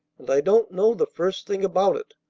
and i don't know the first thing about it.